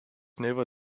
never